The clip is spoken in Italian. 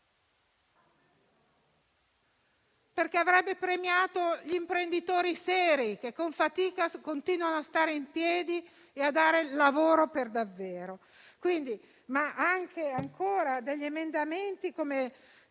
perché avrebbe premiato gli imprenditori seri che con fatica continuano a stare in piedi e a dare lavoro per davvero. Vi erano poi altri emendamenti, come